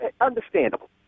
Understandable